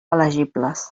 elegibles